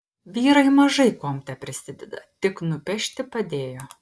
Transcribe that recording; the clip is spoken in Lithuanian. vyrai mažai kuom teprisideda tik nupešti padėjo